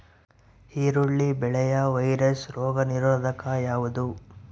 ಈರುಳ್ಳಿ ಬೆಳೆಯ ವೈರಸ್ ರೋಗ ನಿರೋಧಕ ಯಾವುದು?